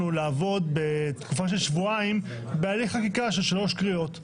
לעבוד בתקופה של שבועיים בהליך חקיקה של שלוש קריאות.